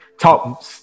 talk